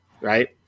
right